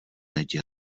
neděli